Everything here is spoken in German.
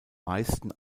meisten